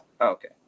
Okay